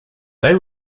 they